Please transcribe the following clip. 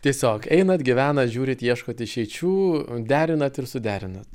tiesiog einat gyvenat žiūrit ieškot išeičių derinat ir suderinat